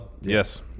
Yes